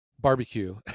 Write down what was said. barbecue